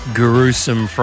gruesome